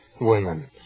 Women